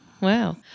Wow